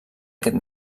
aquest